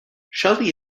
shelly